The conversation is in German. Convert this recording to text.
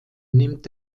nimmt